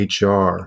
HR